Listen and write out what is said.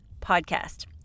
podcast